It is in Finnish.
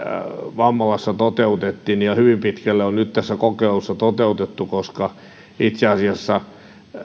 vammalassa toteutettiin on hyvin pitkälle nyt tässä kokeilussa toteutettu koska itse asiassa